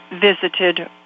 visited